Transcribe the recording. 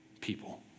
people